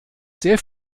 sehr